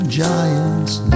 giants